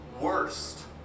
worst